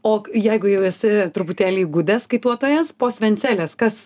o jeigu jau esi truputėlį įgudęs kaituotojas po svencelės kas